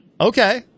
Okay